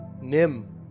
Nim